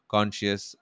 Conscious